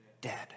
dead